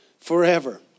forever